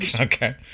Okay